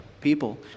people